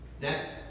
Next